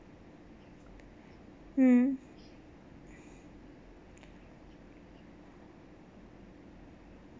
mm